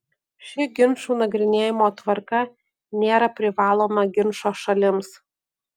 ši ginčų nagrinėjimo tvarka nėra privaloma ginčo šalims